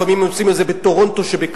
לפעמים הם עושים את זה בטורונטו שבקנדה.